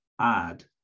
add